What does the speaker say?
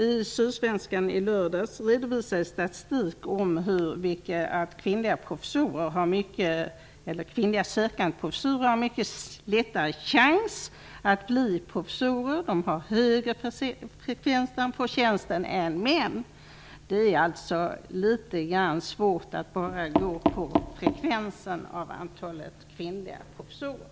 I Sydsvenskan i lördags redovisades statistik om att kvinnliga sökande till professurer har mycket större chans att bli professorer. Det är en högre frekvens kvinnor än män som får tjänster. Det är alltså litet svårt att bara gå på antalet kvinnliga professorer.